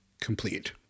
Complete